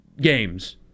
games